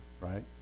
right